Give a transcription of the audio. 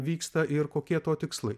vyksta ir kokie to tikslai